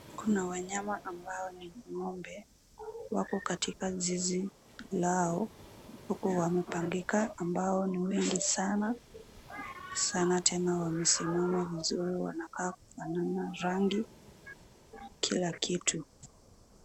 Kuna wanyama ambao ni ng'ombe wako katika zizi lao huku wamepangika ambao ni wengi sana tena wamesimama vizuri wanakaa kufanana rangi, kila kitu.